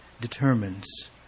determines